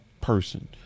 person